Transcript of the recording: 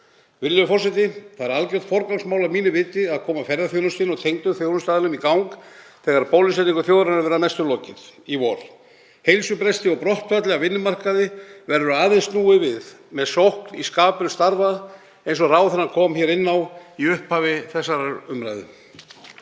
Virðulegur forseti. Það er algjört forgangsmál að mínu viti að koma ferðaþjónustunni og tengdum þjónustuaðilum í gang þegar bólusetningu þjóðarinnar verður að mestu lokið í vor. Heilsubresti og brottfalli af vinnumarkaði verður aðeins snúið við með sókn í sköpun starfa eins og ráðherrann kom inn á í upphafi þessarar umræðu.